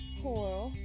coral